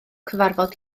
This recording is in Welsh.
cyfarfod